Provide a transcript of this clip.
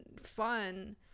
fun